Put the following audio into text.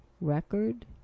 record